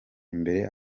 imbere